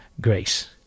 Grace